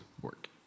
work